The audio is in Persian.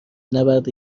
نبرد